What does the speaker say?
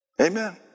Amen